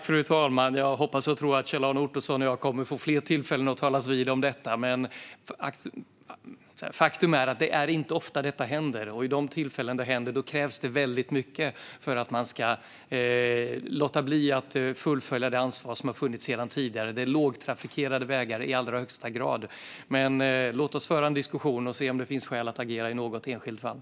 Fru talman! Jag hoppas och tror att Kjell-Arne Ottosson och jag kommer att få fler tillfällen att talas vid om detta. Men faktum är att det inte är ofta detta händer, och vid de tillfällen då det händer krävs det väldigt mycket för att man ska låta bli att fullfölja det ansvar som har funnits sedan tidigare. Det är i allra högsta grad lågtrafikerade vägar. Men låt oss föra en diskussion och se om det finns skäl att agera i något enskilt fall.